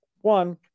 one